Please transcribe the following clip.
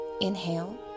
Inhale